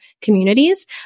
communities